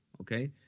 okay